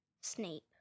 Snape